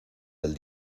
del